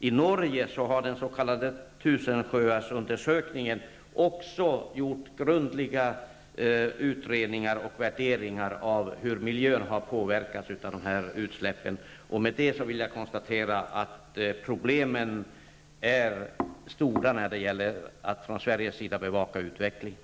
I Norge har den s.k. tusensjöarsundersökningen gjort grundliga utredningar och värderingar av hur miljön har påverkats av dessa utsläpp. Med detta vill jag konstatera att problemen är stora när det gäller att från svensk sida bevaka utvecklingen.